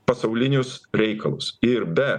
pasaulinius reikalus ir be